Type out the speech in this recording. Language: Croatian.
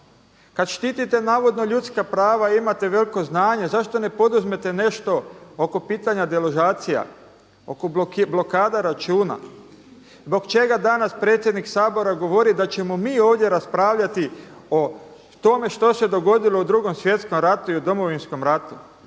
Kad štitite navodno ljudska prava i imate veliko znanje zašto ne poduzmete nešto oko pitanja deložacija, oko blokada računa? Zbog čega danas predsjednik Sabora govori da ćemo mi ovdje raspravljati o tome što se dogodilo u 2. Svjetskom ratu i u Domovinskom ratu?